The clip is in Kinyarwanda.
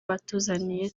batuzaniye